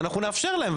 אנחנו נאפשר להם.